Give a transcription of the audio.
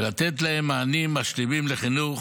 ולתת להם מענים משלימים לחינוך,